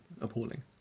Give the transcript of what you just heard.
appalling